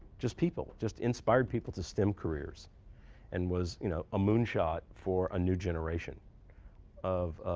just people, just inspired people to stem careers and was you know a moonshot for a new generation of